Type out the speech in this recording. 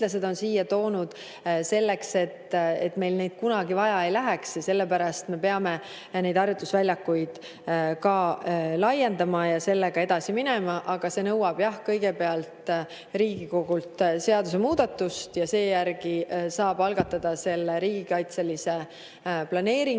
on siia toonud, selleks, et meil neid kunagi vaja ei läheks. Sellepärast me peamegi neid harjutusvälju laiendama ja sellega edasi minema. Aga see nõuab jah kõigepealt Riigikogult seadusemuudatust, seejärel saab algatada riigikaitselise planeeringuerandi